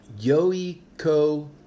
Yoiko